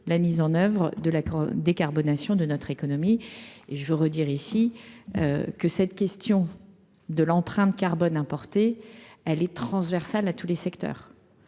la mise en oeuvre de la décarbonation de notre économie et je veux redire ici que cette question de l'empreinte carbone, elle est transversale à tous les secteurs,